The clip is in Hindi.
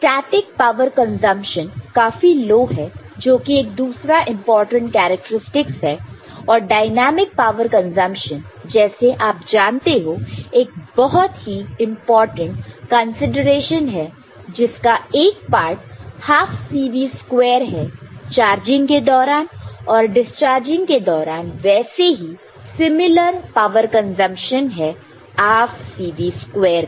स्टैटिक पावर कंजप्शन काफी लो है जो कि एक दूसरा इंपॉर्टेंट कैरेक्टरस्टिक्स है और डायनामिक पावर कंजंक्शन जैसे आप जानते हो एक बहुत ही इंपॉर्टेंट कंसीडरेशन है जिसका एक पार्ट हाफ CV स्क्वेयर है चार्जिंग के दौरान और डिसचार्जिंग के दौरान वैसे ही सिमिलर पावर कंजप्शन है हाफ CV स्क्वेयर का